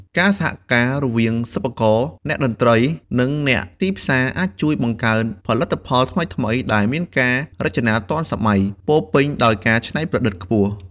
ការសហការរវាងសិប្បករ អ្នកតន្ត្រី និងអ្នកទីផ្សារអាចជួយបង្កើតផលិតផលថ្មីៗដែលមានការរចនាទាន់សម័យពោលពេញដោយការច្នៃប្រឌិតខ្ពស់។